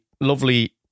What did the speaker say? lovely